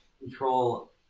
control